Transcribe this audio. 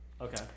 Okay